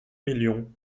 millions